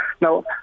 Now